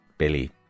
Billy